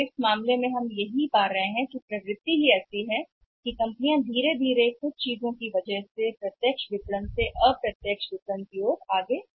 इसलिए इस मामले में हम यह पा रहे हैं कि यह प्रवृत्ति ऐसी है कि कंपनियां धीरे धीरे आगे बढ़ रही हैं कुछ चीजों की वजह से प्रत्यक्ष विपणन से अप्रत्यक्ष विपणन तक